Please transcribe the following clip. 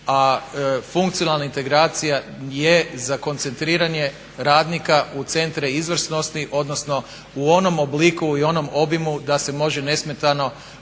a funkcionalna integracija je za koncentriranje radnika u centre izvrsnosti odnosno u onom obliku i onom obimu da se može nesmetano